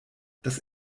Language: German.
das